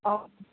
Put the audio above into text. অঁ